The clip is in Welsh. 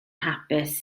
hapus